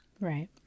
Right